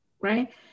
right